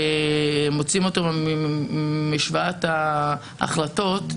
שמוציאים אותו ממשוואת ההחלטות,